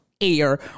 air